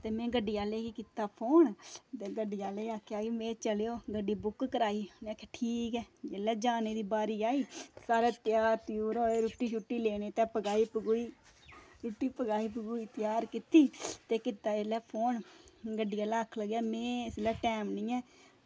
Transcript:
ते में गड्डियै आह्ले गी कीता फोन ते गड्डी आह्ले गी आक्खेआ कि चलो गड्डी बुक कराई आक्खेआ ठीक ऐ जेल्लै जाने दी बारी आई सारे त्यार होए रुट्टी लैने गी पकाई रुट्टी पकाई त्यार कीती ते कीता जेल्लै फोन ते गड्ढियै आह्ले आक्खेआ कि में इसलै टैम निं ऐ